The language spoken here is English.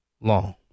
long